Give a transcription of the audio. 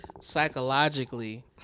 psychologically